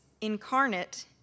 incarnate